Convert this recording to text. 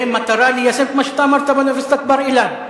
במטרה ליישם את מה שאתה אמרת באוניברסיטת בר-אילן.